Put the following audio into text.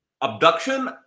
Abduction